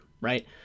Right